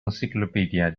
encyclopedia